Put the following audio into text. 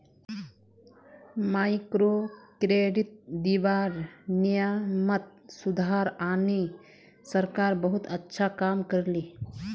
microcredit दीबार नियमत सुधार आने सरकार बहुत अच्छा काम कर ले